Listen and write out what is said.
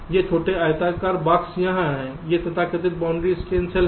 ये छोटे आयताकार बक्से यहाँ हैं ये तथाकथित बाउंड्री स्कैन सेल हैं